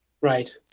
Right